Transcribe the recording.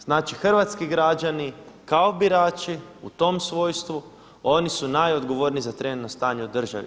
Znači hrvatski građani kao birači u tom svojstvu oni su najodgovorniji za trenutno stanje u državi.